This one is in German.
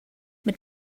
mit